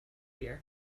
year